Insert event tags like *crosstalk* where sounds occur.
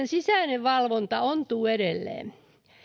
*unintelligible* sisäinen valvonta ontuu edelleen